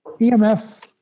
EMF